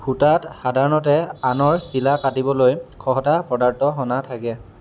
সূতাত সাধাৰণতে আনৰ চিলা কাটিবলৈ খহটা পদাৰ্থ সনা থাকে